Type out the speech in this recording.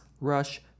rush